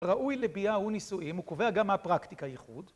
ראוי לביאה ונישואים, הוא קובע גם מהפרקטיקה ייחוד.